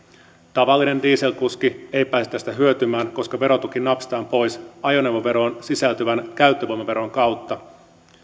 tavallinen dieselkuski ei pääse tästä hyötymään koska verotuki napsitaan pois ajoneuvoveroon sisältyvän käyttövoimaveron kautta